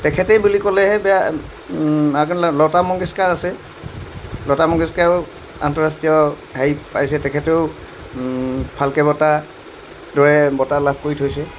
তেখেতেই বুলি ক'লে বেয়া লতা মংগেশকাৰ আছে লতা মংগেশকাৰেও আন্তঃৰাষ্ট্ৰীয় হেৰিত পাইছে তেখেতেও ফাল্কে বঁটাৰ দৰে বঁটা লাভ কৰি থৈছে